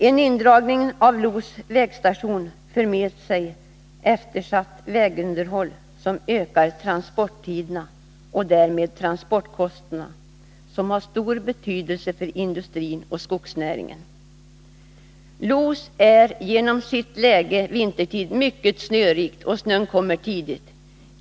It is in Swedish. En indragning av Los vägstation för med sig eftersatt vägunderhåll som ökar transporttiderna och därmed transportkostnaderna, som har stor betydelse för industrin och skogsnäringen. Los är genom sitt läge vintertid mycket snörikt, och snön kommer tidigt.